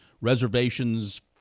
reservations